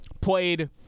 played